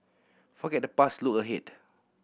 forget the past look ahead